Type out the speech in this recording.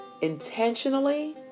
intentionally